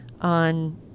on